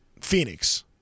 Phoenix